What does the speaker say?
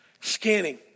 scanning